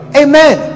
amen